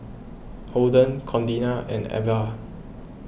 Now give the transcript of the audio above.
Holden Contina and Avah